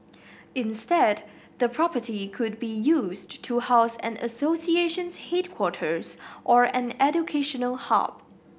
instead the property could be used to house an association's headquarters or an educational hub